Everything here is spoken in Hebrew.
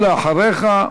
ואחריך,